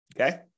Okay